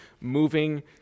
moving